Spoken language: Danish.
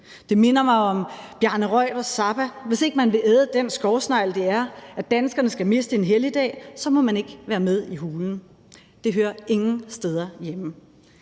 Det minder mig om Bjarne Reuters »Zappa«: Hvis ikke man vil æde den skovsnegl, det er, at danskerne skal miste en helligdag, så må man ikke være med i hulen. Det hører ingen steder hjemme.